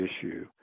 issue